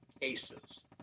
cases